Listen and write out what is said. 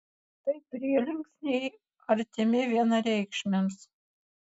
tai prielinksniai artimi vienareikšmiams